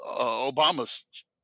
Obama's